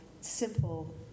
simple